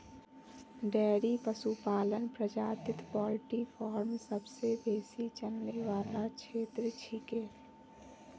dairy पशुपालन प्रजातित poultry farm सबसे बेसी चलने वाला क्षेत्र छिके